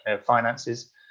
finances